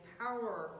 power